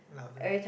louder